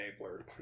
enabler